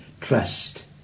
trust